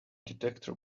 detector